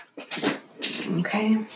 Okay